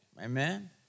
Amen